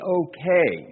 okay